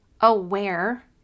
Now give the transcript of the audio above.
aware